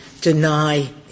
deny —